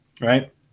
right